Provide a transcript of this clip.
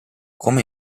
come